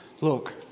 look